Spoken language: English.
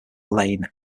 lane